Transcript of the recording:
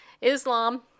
Islam